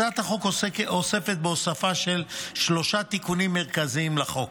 הצעת החוק עוסקת בהוספת שלושה תיקונים מרכזיים לחוק: